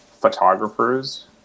photographers